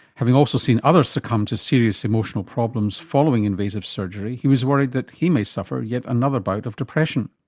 having also seen others succumb to serious emotional problems following invasive surgery, he was worried that he may suffer yet another bout of depression.